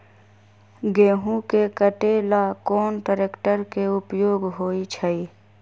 गेंहू के कटे ला कोंन ट्रेक्टर के उपयोग होइ छई?